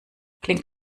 klingt